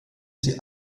sie